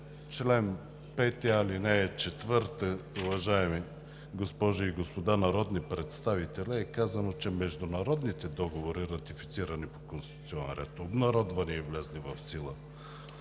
чл. 5, ал. 4, уважаеми госпожи и господа народни представители, е казано, че: „международните договори, ратифицирани по конституционен ред, обнародвани и влезли в сила